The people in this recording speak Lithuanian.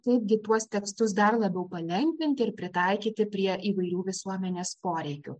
taigi tuos tekstus dar labiau palengvinti ir pritaikyti prie įvairių visuomenės poreikių